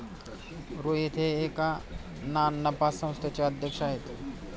रोहित हे एका ना नफा संस्थेचे अध्यक्ष आहेत